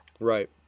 right